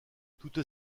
toutes